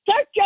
Search